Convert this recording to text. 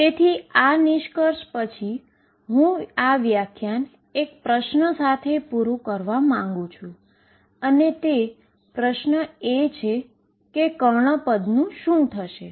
તેથી આ નિષ્કર્ષ પછી હું આ વ્યાખ્યાન એક પ્રશ્ન સાથે પુરું કરવા માંગુ છું અને તે પ્રશ્ન એ છે કે કર્ણ પદ નુ શુ થશે